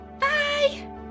Bye